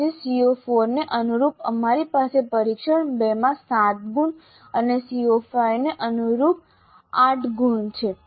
પછી CO4 ને અનુરૂપ અમારી પાસે પરીક્ષણ 2 માં 7 ગુણ અને CO5 ને અનુરૂપ 8 ગુણ છે